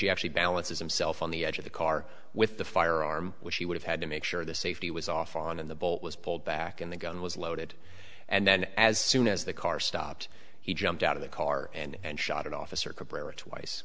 footage actually balances himself on the edge of the car with the firearm which he would have had to make sure the safety was off on and the bolt was pulled back and the gun was loaded and then as soon as the car stopped he jumped out of the car and shot an officer